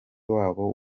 wabo